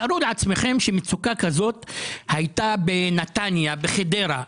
תארו לעצמכם שמצוקה כזאת הייתה בנתניה, בחדרה.